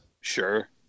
Sure